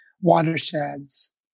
watersheds